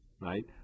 Right